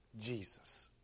jesus